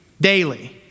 daily